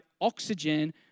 oxygen